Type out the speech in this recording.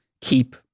keep